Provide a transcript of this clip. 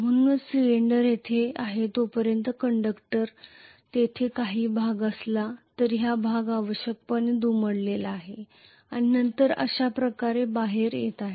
म्हणूनच सिलिंडर तेथे आहे तोपर्यंत कंडक्टर तेथे काही भाग असला तरी हा भाग आवश्यकपणे दुमडलेला आहे आणि नंतर अशा प्रकारे बाहेर येत आहे